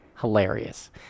hilarious